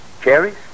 Cherries